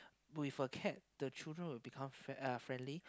with a cat the children will become friend~ uh friendly